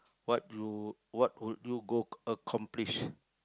what you what would you go accomplish